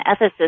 ethicist